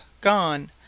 gone